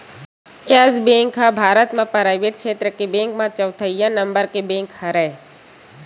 yes bank ह भारत म private छेत्र के बेंक म चउथइया नंबर के बेंक हरय